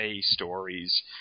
stories